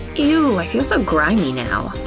ew, i feel so grimy now.